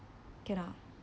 can ah